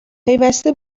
پیوسته